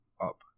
up